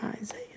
Isaiah